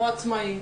הוא עצמאי.